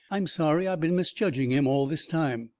i'm sorry i been misjudging him all this time.